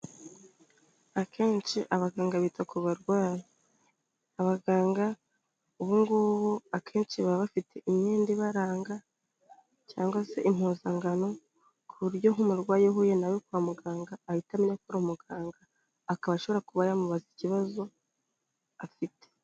Akenshi abaganga bita ku barwayi. Abaganga ubungubu akenshi baba bafite imyenda ibaranga, cyangwa se impuzangano, ku buryo nk'umurwayi uhuye nawe kwa muganga, ahita amenya ko ari muganga, akaba ashobora kuba yamubaza ikibazo afite.